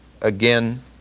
again